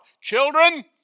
children